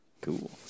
Cool